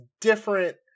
different